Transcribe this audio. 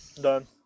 Done